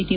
T